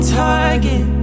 target